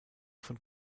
von